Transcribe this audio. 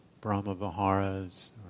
Brahma-Viharas